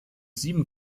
sieben